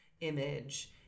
image